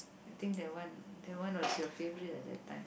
I think that one that one was your favorite at that time